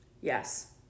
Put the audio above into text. Yes